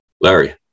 Larry